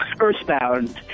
Earthbound